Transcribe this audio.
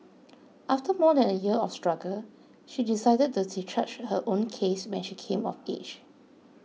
after more than a year of struggle she decided to discharge her own case when she came of age